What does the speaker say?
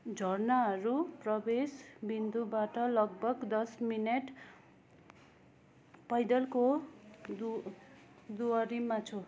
झरनाहरू प्रवेश बिन्दुबाट लगभग दस मिनेट पैदलको दु दुरीमा छु